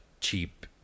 cheap